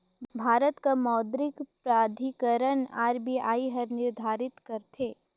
भारत कर मौद्रिक प्राधिकरन आर.बी.आई हर निरधारित करथे